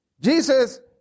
Jesus